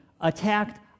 attacked